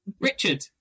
richard